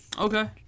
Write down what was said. Okay